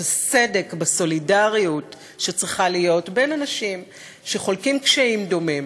את הסדק בסולידריות שצריכה להיות בין אנשים שחולקים קשיים דומים.